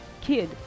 kid